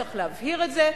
צריך להבהיר את זה,